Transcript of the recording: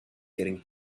getting